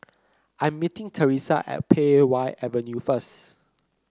I'm meeting Thresa at Pei Wah Avenue first